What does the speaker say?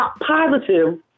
positive